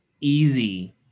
easy